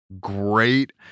great